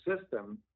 system